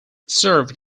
served